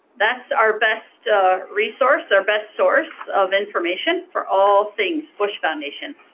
that's our best resource our best source of information for all things bush foundation.